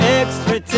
extra